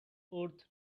worth